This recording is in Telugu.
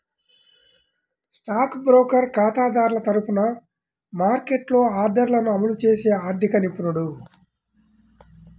స్టాక్ బ్రోకర్ ఖాతాదారుల తరపున మార్కెట్లో ఆర్డర్లను అమలు చేసే ఆర్థిక నిపుణుడు